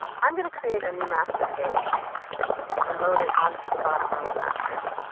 i'm going to create a new master page and load it onto the bottom row of masters.